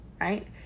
right